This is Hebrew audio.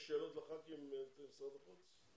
יש לחברי הכנסת שאלות למשרד החוץ?